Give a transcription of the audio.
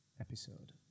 episode